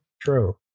True